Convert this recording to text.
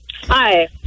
Hi